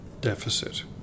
deficit